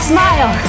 Smile